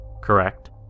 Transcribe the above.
correct